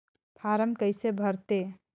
Form कइसे भरते?